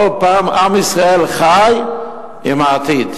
כל פעם עם ישראל חי עם העתיד.